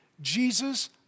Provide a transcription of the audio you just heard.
Jesus